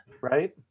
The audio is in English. Right